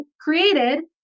created